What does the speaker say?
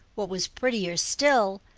what was prettier still,